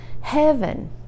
Heaven